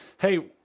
Hey